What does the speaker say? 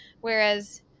Whereas